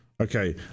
Okay